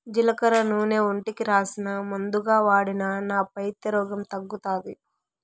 జీలకర్ర నూనె ఒంటికి రాసినా, మందుగా వాడినా నా పైత్య రోగం తగ్గుతాది